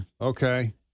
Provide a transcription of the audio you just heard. Okay